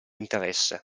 interesse